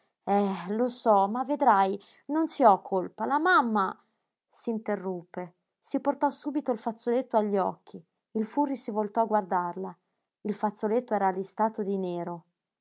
eh lo so ma vedrai non ci ho colpa la mamma s'interruppe si portò subito il fazzoletto agli occhi il furri si voltò a guardarla il fazzoletto era listato di nero